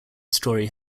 story